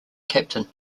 captain